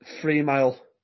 three-mile